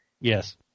Yes